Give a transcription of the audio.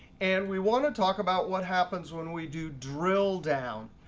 and we want to talk about what happens when we do drill down.